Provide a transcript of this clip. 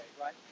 Right